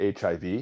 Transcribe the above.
HIV